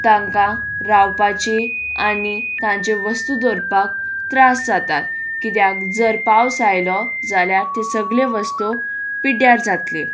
तांकां रावपाची आनी तांच्यो वस्तू दवरपाक त्रास जातात कित्याक जर पावस आयलो जाल्यार ते सगले वस्तू पिड्ड्यार जातली